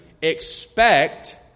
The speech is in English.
expect